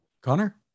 Connor